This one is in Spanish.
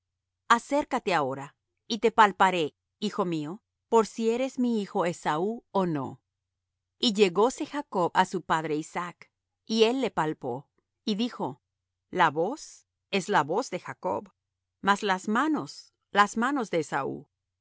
acércate ahora y te palparé hijo mío por si eres mi hijo esaú ó no y llegóse jacob á su padre isaac y él le palpó y dijo la voz es la voz de jacob mas las manos las manos de esaú